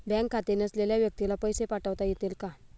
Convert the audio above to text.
Bank खाते नसलेल्या व्यक्तीला पैसे पाठवता येतील का?